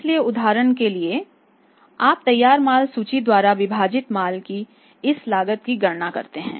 इसलिए उदाहरण के लिए आप तैयार माल सूची द्वारा विभाजित माल की इस लागत की गणना करते हैं